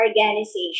organization